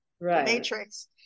Matrix